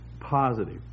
positive